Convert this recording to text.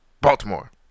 Baltimore